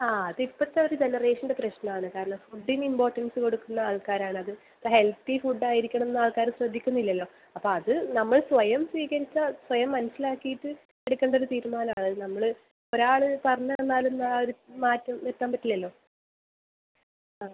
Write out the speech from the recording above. ആ അത് ഇപ്പോഴത്തെ ഒരു ജനറേഷൻ്റെ പ്രശ്നമാണ് കാരണം ഫുഡ്ഡിന് ഇമ്പോർട്ടൻസ് കൊടുക്കുന്ന ആൾക്കാരാണത് ഇപ്പം ഹെൽത്തി ഫുഡ് ആയിരിക്കണം എന്ന് ആൾക്കാർ ശ്രദ്ധിക്കുന്നില്ലല്ലോ അപ്പോൾ അത് നമ്മൾ സ്വയം സ്വീകരിച്ചാൽ സ്വയം മനസ്സിലാക്കിയിട്ട് എടുക്കേണ്ട ഒരു തീരുമാനമാണ് അത് നമ്മൾ ഒരാൾ പറഞ്ഞുതന്നാലും ഒന്നും ആ ഒരു മാറ്റം വരുത്താൻ പറ്റില്ലല്ലോ ആ